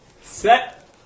Set